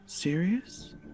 serious